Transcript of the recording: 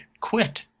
Quit